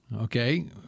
Okay